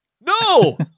No